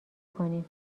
کنیم